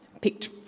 picked